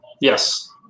Yes